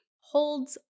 holds